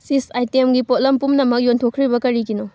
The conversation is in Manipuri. ꯆꯤꯁ ꯑꯥꯏꯇꯦꯝꯒꯤ ꯄꯣꯠꯂꯝ ꯄꯨꯝꯅꯃꯛ ꯌꯣꯟꯊꯣꯛꯈ꯭ꯔꯤꯕ ꯀꯔꯤꯒꯤꯅꯣ